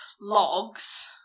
logs